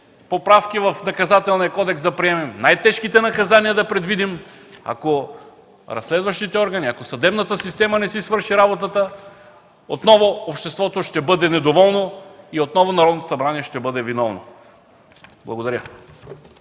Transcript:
поправки в Наказателния кодекс да приемем, най-тежките наказания да предвидим, ако разследващите органи, ако съдебната система не си свърши работата, отново обществото ще бъде недоволно и отново Народното събрание ще бъде виновно. Благодаря.